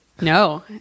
No